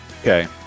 Okay